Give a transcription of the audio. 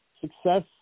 success